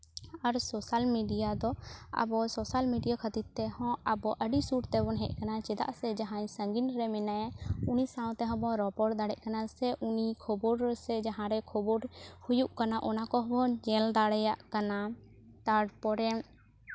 ᱟᱨ social media ᱫᱚ ᱟᱵᱚ social media ᱠᱷᱟᱹᱛᱤᱨ ᱛᱮᱦᱚᱸ ᱟᱵᱚ ᱟᱹᱰᱤ ᱥᱩᱨ ᱛᱮᱵᱚᱱ ᱦᱮᱡ ᱠᱟᱱᱟ ᱪᱮᱫᱟᱜ ᱥᱮ ᱡᱟᱦᱟᱸᱭ ᱥᱟᱺᱜᱤᱧ ᱨᱮ ᱢᱮᱱᱟᱭᱟ ᱩᱱᱤ ᱥᱟᱶ ᱛᱮᱦᱚᱸ ᱵᱚᱱ ᱨᱚᱯᱚᱲ ᱫᱟᱲᱮᱜ ᱠᱟᱱᱟ ᱥᱮ ᱩᱱᱤ ᱠᱷᱚᱵᱚᱨ ᱥᱮ ᱡᱟᱦᱟᱸᱨᱮ ᱠᱷᱚᱵᱚᱨ ᱦᱩᱭᱩᱜ ᱠᱟᱱᱟ ᱚᱱᱟ ᱠᱚᱦᱚᱸ ᱵᱚᱱ ᱧᱮᱞ ᱫᱟᱲᱮᱭᱟᱜ ᱠᱟᱱᱟ ᱛᱟᱨᱯᱚᱨᱮ